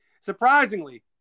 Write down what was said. Surprisingly